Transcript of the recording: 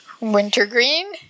Wintergreen